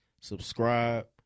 subscribe